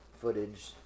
footage